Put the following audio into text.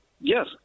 Yes